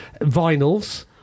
vinyls